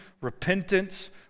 repentance